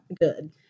Good